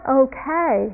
okay